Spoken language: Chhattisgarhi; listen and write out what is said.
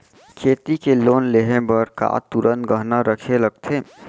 खेती के लोन लेहे बर का तुरंत गहना रखे लगथे?